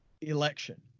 election